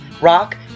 rock